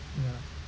ya